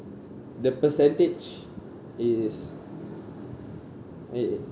the percentage is